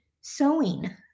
sewing